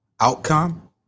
Outcome